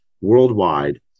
worldwide